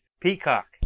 Peacock